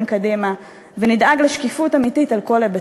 קדימה ונדאג לשקיפות אמיתית על כל היבטיה.